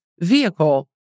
vehicle